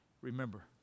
Remember